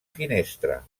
finestra